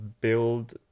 build